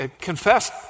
confess